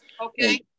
Okay